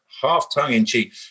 half-tongue-in-cheek